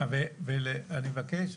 ואני מבקש,